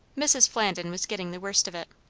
mrs. flandin was getting the worst of it.